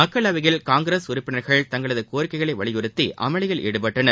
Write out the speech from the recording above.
மக்களவையில் காங்கிரஸ் உறுப்பினர்கள் தங்களது கோரிக்கைகளை வலியறுத்தி அமளியில் ஈடுபட்டனர்